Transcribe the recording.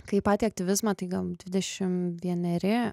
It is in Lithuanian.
kai į patį aktyvizmą tai gal dvidešim vieneri